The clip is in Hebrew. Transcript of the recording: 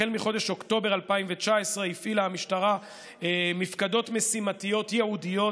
החל מחודש אוקטובר 2019 הפעילה המשטרה מפקדות משימתיות ייעודיות